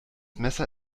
messer